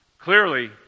Clearly